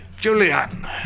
Julian